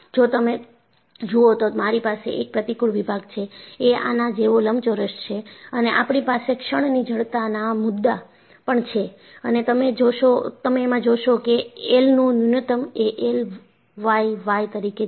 જો તમે જુઓ તો મારી પાસે એક પ્રતિકુળ વિભાગ છે એ આના જેવો લંબચોરસ છે અને આપણી પાસે ક્ષણની જડતાના મુદ્દા પણ છે અને તમે એમાં જોશો કે એલનું ન્યૂનતમ એ Iએલ yવાય yવાય તરીકે છે